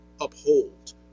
uphold